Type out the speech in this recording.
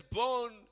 born